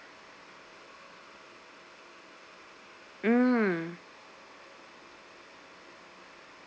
mm